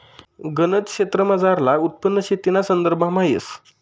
गनज क्षेत्रमझारलं उत्पन्न शेतीना संदर्भामा येस